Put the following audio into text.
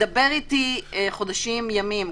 דבר איתי על חודשים וימים,